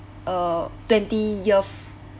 uh twenty years